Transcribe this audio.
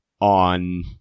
on